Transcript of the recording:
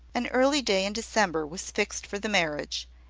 an early day in december was fixed for the marriage,